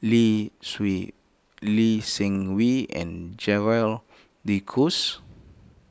Lee Sui Lee Seng Wee and Gerald De Cruz